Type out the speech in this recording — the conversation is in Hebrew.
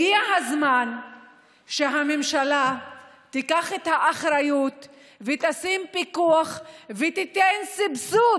הגיע הזמן שהממשלה תיקח את האחריות ותשים פיקוח ותיתן סבסוד